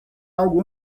algo